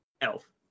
elf